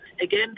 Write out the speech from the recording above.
Again